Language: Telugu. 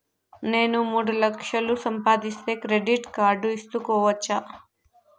నేను మూడు లక్షలు సంపాదిస్తే క్రెడిట్ కార్డు తీసుకోవచ్చా?